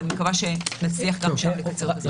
אבל אני מקווה שנצליח גם שם לקצר את הזמנים.